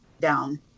down